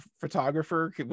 photographer